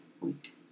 week